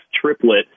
triplet